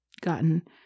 gotten